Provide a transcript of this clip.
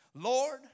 Lord